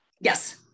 yes